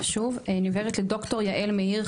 אני עובדת לד"ר יעל מאיר,